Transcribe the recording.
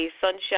sunshine